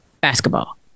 Basketball